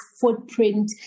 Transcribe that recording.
footprint